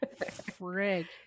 Frig